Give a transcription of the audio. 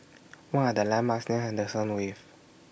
What Are The landmarks near Henderson Wave